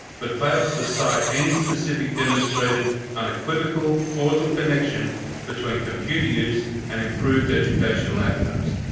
but fails to cite any specific demonstrated unequivocal causal connection between computer use and improved educational outcomes.